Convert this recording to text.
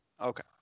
Okay